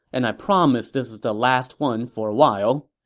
and i promise this is the last one for a while.